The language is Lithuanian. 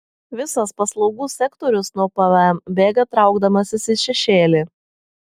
visas paslaugų sektorius nuo pvm bėga traukdamasis į šešėlį